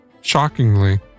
Shockingly